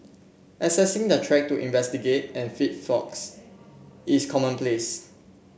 accessing the track to investigate and fix faults is commonplace